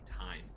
time